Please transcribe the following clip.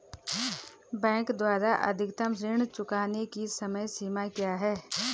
Bank द्वारा अधिकतम ऋण चुकाने की समय सीमा क्या है?